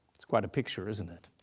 it's quite a picture, isn't it?